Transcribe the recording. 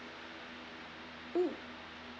mm